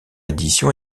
édition